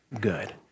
good